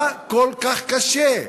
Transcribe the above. מה כל כך קשה?